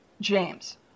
James